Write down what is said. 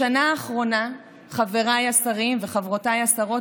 בשנה האחרונה חבריי השרים וחברותיי השרות